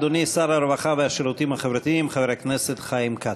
אדוני שר הרווחה והשירותים החברתיים חבר הכנסת חיים כץ.